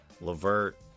Levert